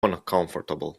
uncomfortable